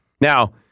Now